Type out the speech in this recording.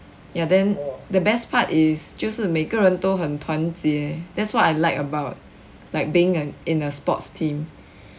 ya then the best part is 就是每个人都很团结 that's what I liked about like being in a in a sports team